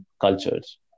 cultures